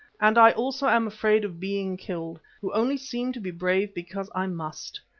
and i also am afraid of being killed, who only seem to be brave because i must.